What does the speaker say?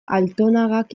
altonagak